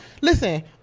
listen